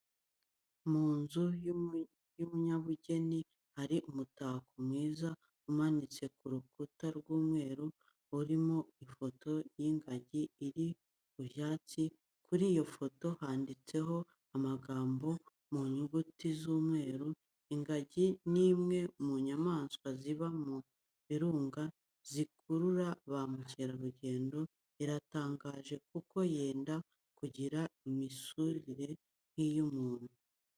Mu nzu y'umunyabugeni hari umutako mwiza umanitse ku rukuta rw'umweru, urimo ifoto y'ingagi iri mu byatsi, kuri iyo foto handitseo amagambo mu nyuguti z'umweru, ingagi ni imwe mu nyamaswa ziba mu birunga zikurura ba mukerarugendo, iratangaje kuko yenda kugira imisusire nk'iy'umuntu.